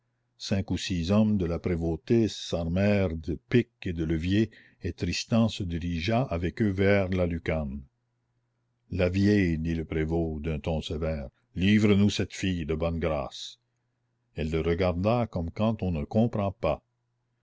cinq ou six hommes de la prévôté s'armèrent de pics et de leviers et tristan se dirigea avec eux vers la lucarne la vieille dit le prévôt d'un ton sévère livre nous cette fille de bonne grâce elle le regarda comme quand on ne comprend pas